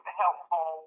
helpful